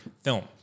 film